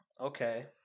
Okay